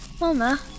Mama